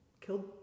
killed